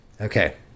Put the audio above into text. okay